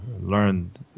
learned